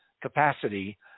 capacity